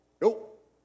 Nope